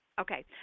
Okay